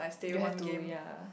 you have to yea